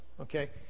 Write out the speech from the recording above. Okay